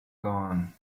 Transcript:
gone